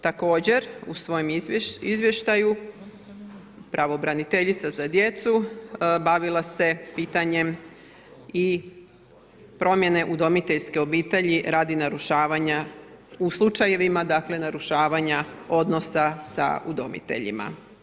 Također, u svojem izvještaju pravobraniteljica za djecu bavila se pitanjem i promjene udomiteljske obitelji radi narušavanja, u slučajevima narušavanja odnosa sa udomiteljima.